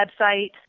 website